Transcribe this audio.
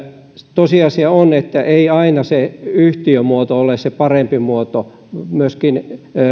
tosiasia on ettei aina se yhtiömuoto ole se parempi muoto myöskin